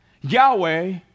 Yahweh